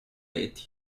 reti